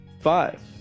five